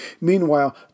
Meanwhile